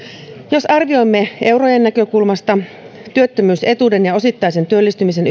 jos arvioimme eurojen näkökulmasta työttömyysetuuden ja osittaisen työllistymisen